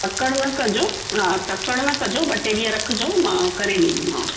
तकिड़ न कजो हा तकिड़ न कजो ॿ टे ॾींहं रखिजो मां करे ॾींदीमाव